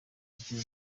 gea